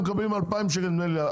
מקבלים 2,000 שקל נדמה לי.